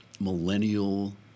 millennial